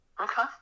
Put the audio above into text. Okay